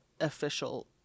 official